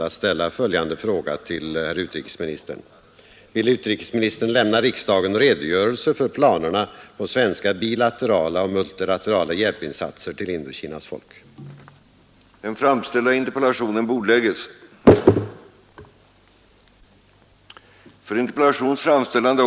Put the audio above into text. De svenska insatserna bör självfallet ske till Indokinas folk i sin helhet oavsett på vilken sida i kriget de enskilda människorna hamnat. Tidpunkten för en redovisning till riksdagen om de nu aktuella planerna för svenska insatser är inne.